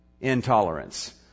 intolerance